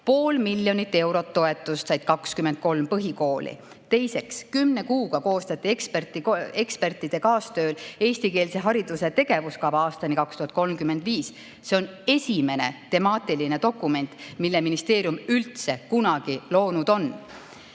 Pool miljonit eurot toetust said 23 põhikooli. Teiseks, kümne kuuga koostati ekspertide kaastööl eestikeelse hariduse tegevuskava aastani 2035. See on esimene temaatiline dokument, mille ministeerium üldse kunagi loonud on.